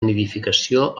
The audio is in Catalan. nidificació